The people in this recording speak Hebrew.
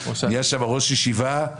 נהיה שם ראש ישיבה.